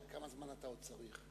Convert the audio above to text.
כמה זמן אתה עוד צריך?